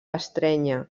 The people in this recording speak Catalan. estrènyer